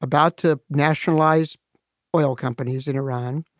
about to nationalize oil companies in iran.